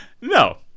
No